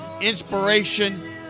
inspiration